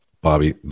bobby